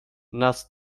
nas